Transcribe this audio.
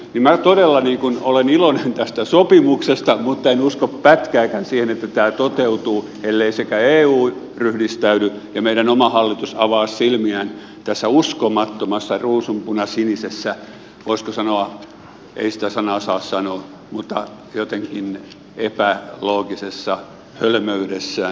minä todella olen iloinen tästä sopimuksesta mutta en usko pätkääkään siihen että tämä toteutuu ellei sekä eu ryhdistäydy että meidän oma hallituksemme avaa silmiään tässä uskomattomassa ruusunpunasinisessä voisiko sanoa ei sitä sanaa saa sanoa jotenkin epäloogisessa hölmöydessään